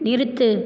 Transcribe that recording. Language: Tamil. நிறுத்து